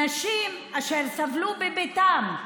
נשים אשר סבלו בביתן,